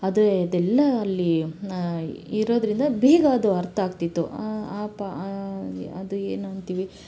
ಅದೇ ಅದೆಲ್ಲ ಅಲ್ಲಿ ಇರೋದರಿಂದ ಬೇಗ ಅದು ಅರ್ಥ ಆಗ್ತಿತ್ತು ಪ ಅದು ಏನು ಅಂತೀವಿ